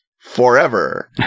forever